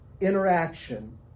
Interaction